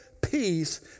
peace